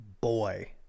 boy